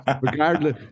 regardless